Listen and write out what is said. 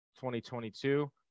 2022